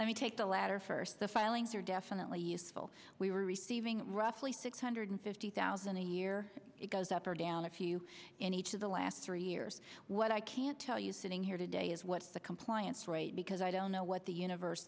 let me take the latter first the filings are definitely useful we were receiving roughly six hundred fifty thousand a year it goes up or down if you in each of the last three years what i can tell you sitting here today is what's the compliance rate because i don't know what the universe